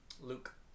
luke